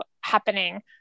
happening